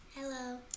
Hello